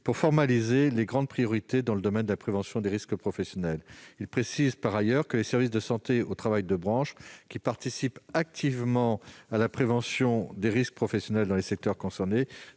pour formaliser les grandes priorités dans le domaine de la prévention des risques professionnels. Cet accord précise, par ailleurs, que les services de santé au travail de branche, qui participent activement à la prévention des risques professionnels dans les secteurs concernés,